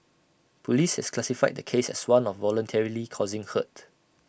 Police have classified the case as one of voluntarily causing hurt